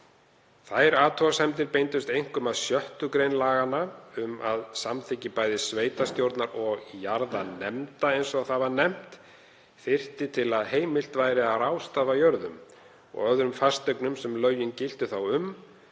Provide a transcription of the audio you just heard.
Þær athugasemdir beindust einkum að 6. gr. laganna um að samþykki bæði sveitarstjórnar og jarðanefnda, eins og það var nefnt, þyrfti til að heimilt væri að ráðstafa jörðum og öðrum fasteignum sem lögin giltu þá um,